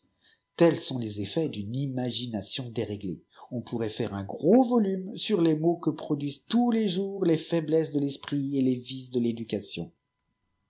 tek sont les effets d'une imagination déréglée on pourrait faire un groa volume sur les maux que produisent tous les jours les faiblesses de tesprit et les vices de l'éducation